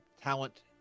Talent